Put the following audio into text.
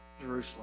Jerusalem